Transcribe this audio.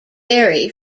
berry